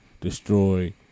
destroy